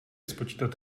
spočítat